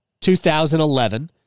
2011